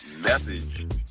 message